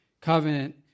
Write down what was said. covenant